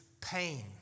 pain